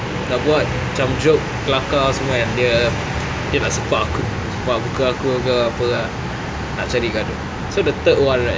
nak buat macam joke kelakar semua kan dia dia nak sepak aku sepak muka aku ke apa ah nak cari gaduh so the third one right